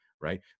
right